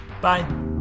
bye